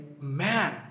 man